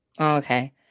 okay